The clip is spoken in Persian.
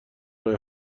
راه